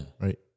right